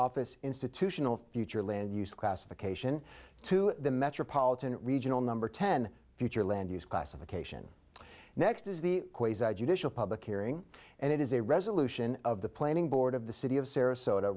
office institutional future land use classification to the metropolitan regional number ten future land use classification next is the judicial public hearing and it is a resolution of the planning board of the city of sarasota